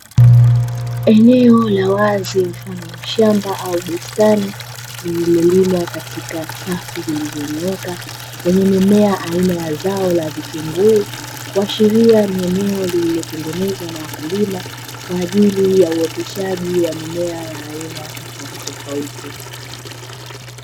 Eneo la wazi mfano wa shamba au bustani lililolimwa katika safu zilizonyooka lenye mimea aina ya zao la vitunguu, kuashiria ni eneo lililotengenezwa na wakulima kwa ajili ya uoteshaji wa mimea ya aina tofauti tofauti.